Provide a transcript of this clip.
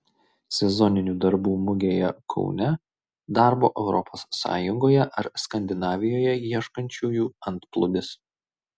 sezoninių darbų mugėje kaune darbo europos sąjungoje ar skandinavijoje ieškančiųjų antplūdis